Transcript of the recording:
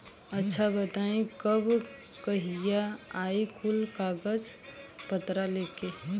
अच्छा बताई तब कहिया आई कुल कागज पतर लेके?